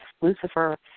Lucifer